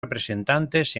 representantes